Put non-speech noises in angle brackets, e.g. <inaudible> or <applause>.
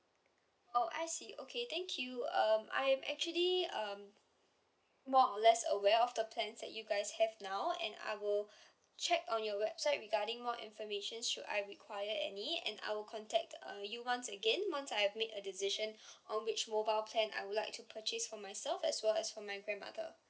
oh I see okay thank you um I'm actually um more or less aware of the plans that you guys have now and I will <breath> check on your website regarding more information should I require any and I will contact uh you once again once I've made a decision <breath> on which mobile plan I would like to purchase for myself as well as for my grandmother